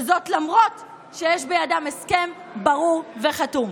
וזאת למרות שיש בידם הסכם ברור וחתום.